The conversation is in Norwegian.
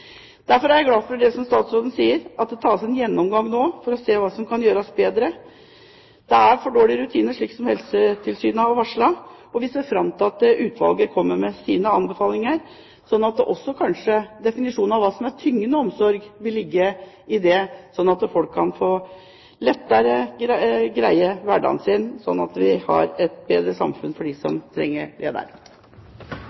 Derfor er jeg glad for det som statsråden sier, at det må tas en gjennomgang nå for å se hva som kan gjøres bedre. Det er for dårlige rutiner, som Helsetilsynet har varslet. Vi ser fram til at utvalget kommer med sine anbefalinger, og at kanskje også definisjonen av hva som er tyngende omsorg, vil ligge der. Da kan folk lettere greie hverdagen sin, og vi kan få et bedre samfunn for dem som